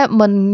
mình